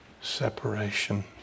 separation